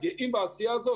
גאים בעשייה הזו.